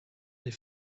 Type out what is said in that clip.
des